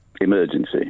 Emergency